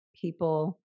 People